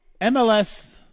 MLS